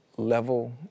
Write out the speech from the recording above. Level